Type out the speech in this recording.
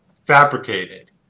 fabricated